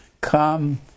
come